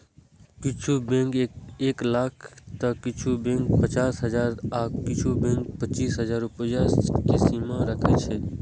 किछु बैंक एक लाख तं किछु बैंक पचास हजार आ किछु बैंक पच्चीस हजार रुपैया के सीमा राखै छै